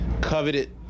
coveted